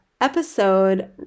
episode